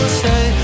say